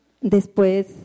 después